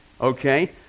okay